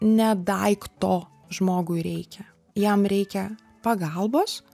ne daikto žmogui reikia jam reikia pagalbos